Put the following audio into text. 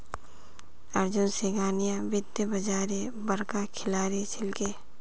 अर्जुन सिंघानिया वित्तीय बाजारेर बड़का खिलाड़ी छिके